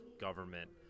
government